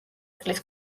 წლის